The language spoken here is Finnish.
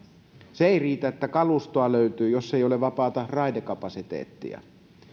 se ei riitä että kalustoa löytyy jos ei ole vapaata raidekapasiteettia